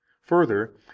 Further